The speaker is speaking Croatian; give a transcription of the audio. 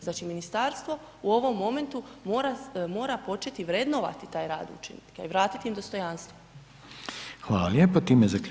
Znači ministarstvo u ovom momentu mora početi vrednovati taj rad učenika i vratiti im dostojanstvo.